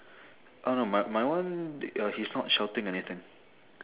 oh no my my one uh he's not shouting anything